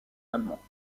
allemands